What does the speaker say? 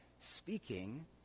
speaking